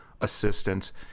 assistance